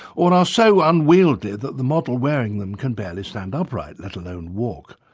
or are so unwieldy that the model wearing them can barely stand upright, let alone walk.